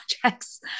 projects